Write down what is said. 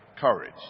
Courage